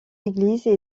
églises